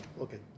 okay